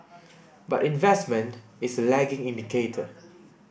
but investment is a lagging indicator